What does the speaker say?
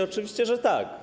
Oczywiście, że tak.